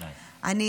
נא לסיים.